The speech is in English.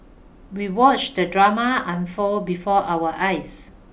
we watched the drama unfold before our eyes